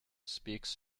speaks